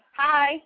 Hi